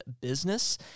business